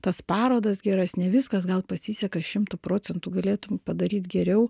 tas parodas geras ne viskas gal pasiseka šimtu procentų galėtum padaryt geriau